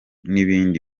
n’ibindi